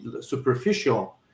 superficial